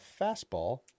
fastball